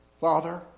Father